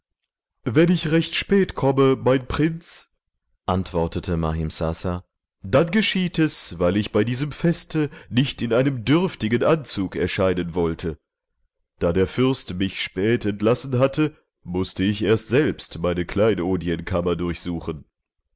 wenn ich recht spät komme mein prinz antwortete mahimsasa dann geschieht es weil ich bei diesem feste nicht in einem dürftigen anzug erscheinen wollte da der fürst mich spät entlassen hatte mußte ich erst selbst meine kleinodienkammer durchsuchen